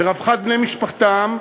לרווחת בני משפחתם,